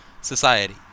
society